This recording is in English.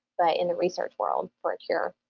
but in the research world for a cure,